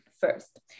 first